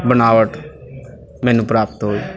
ਬਣਾਵਟ ਮੈਨੂੰ ਪ੍ਰਾਪਤ ਹੋਈ